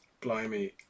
Blimey